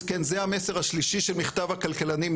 אז כן זה המסר השלישי של מכתב הכלכלנים,